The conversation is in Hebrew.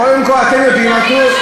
קודם כול אתם יודעים משהו,